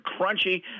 Crunchy